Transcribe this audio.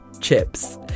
Chips